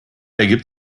ergibt